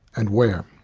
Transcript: and where?